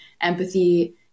empathy